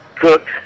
Cook